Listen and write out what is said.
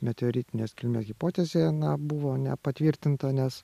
meteoritinės kilmės hipotezė na buvo nepatvirtinta nes